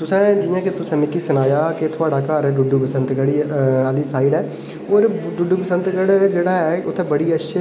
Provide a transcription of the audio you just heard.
तुसें जि'यां तुसें मिगी सनाया कि थुआड़ा घर डूड्डू बसंत गढ़ आह्ली साइड ऐ ओह्दे डूड्डू बसंत जेह्ड़ा ऐ उत्थै बड़ी अच्छे